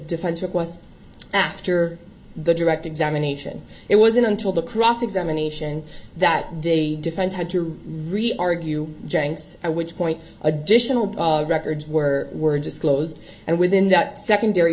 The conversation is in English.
defense request after the direct examination it wasn't until the cross examination that the defense and to really argue janks which point additional records were were disclosed and within that secondary